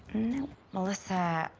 nope. melissa.